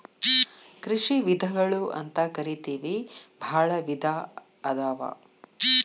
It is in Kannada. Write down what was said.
ಕೃಷಿ ವಿಧಗಳು ಅಂತಕರಿತೆವಿ ಬಾಳ ವಿಧಾ ಅದಾವ